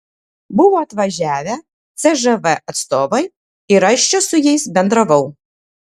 buvo atvažiavę cžv atstovai ir aš čia su jais bendravau